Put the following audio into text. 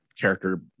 character